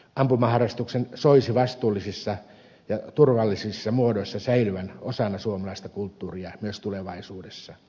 ampumaharrastuksen soisi vastuullisissa ja turvallisissa muodoissa säilyvän osana suomalaista kulttuuria myös tulevaisuudessa